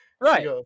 right